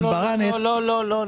לא, לא, לא.